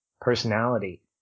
personality